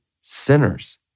sinners